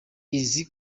izi